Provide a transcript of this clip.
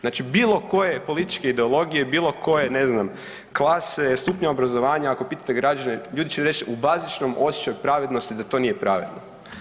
Znači bilo koje političke ideologije, bilo koje, ne znam, klase, stupnja obrazovanja, ako pitate građane ljudi će reć u bazičnom osjećaju pravednosti da to nije pravedno.